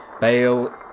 Bale